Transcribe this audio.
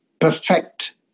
perfect